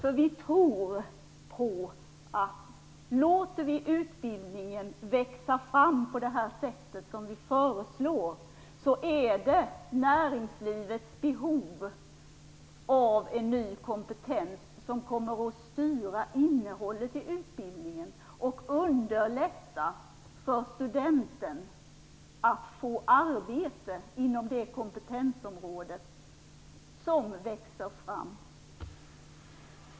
Om vi låter utbildningen växa fram på det sätt som vi föreslår, tror vi att näringslivets behov av en ny kompetens kommer att styra innehållet i utbildningen och underlätta för studenten att få arbete inom det kompetensområde som växer fram.